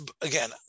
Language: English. again